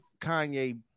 Kanye